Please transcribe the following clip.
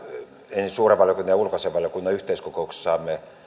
ensin suuren valiokunnan ja ulkoasiainvaliokunnan yhteiskokouksessa saamme